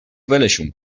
ولشون